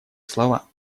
слова